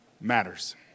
matters